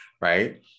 right